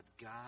God